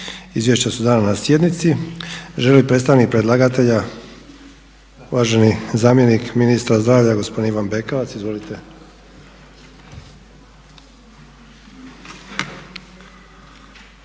Izvješća su dana na sjednici. Želi li predstavnik predlagatelja? Uvaženi zamjenik ministara zdravlja gospodin Ivan Bekavac. Izvolite.